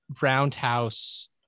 roundhouse